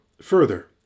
Further